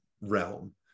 realm